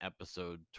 episode